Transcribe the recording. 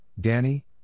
Danny